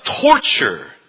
torture